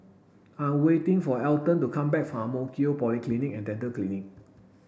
I'm waiting for Elton to come back from Ang Mo Kio Polyclinic and Dental Clinic